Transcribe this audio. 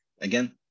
Again